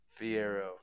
Fiero